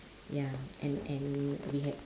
ya and and we had